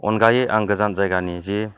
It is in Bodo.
अनगायै आं गोजान जायगानि जि